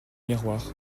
miroir